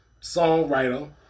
Songwriter